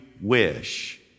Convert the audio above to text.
wish